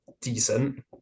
decent